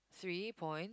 three point